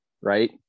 right